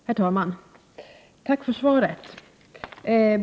Herr talman! Tack för svaret.